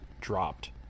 dropped